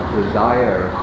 desire